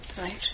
right